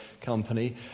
Company